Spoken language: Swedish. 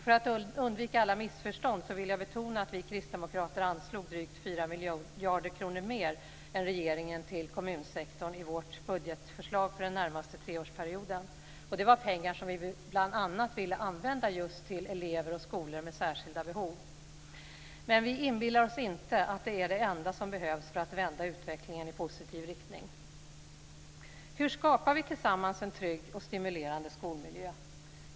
För att undvika alla missförstånd vill jag betona att vi kristdemokrater anslog drygt 4 miljarder kronor mer än regeringen till kommunsektorn i vårt budgetförslag för den närmaste treårsperioden. Det var pengar som vi bl.a. ville använda just till elever och skolor med särskilda behov. Men vi inbillar oss inte att det är det enda som behövs för att vända utvecklingen i positiv riktning. Hur skapar vi tillsammans en trygg och stimulerande skolmiljö?